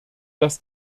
dass